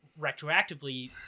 retroactively